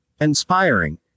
Inspiring